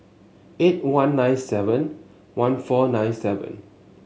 eight one nine seven one four nine seven